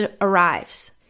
arrives